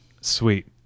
Sweet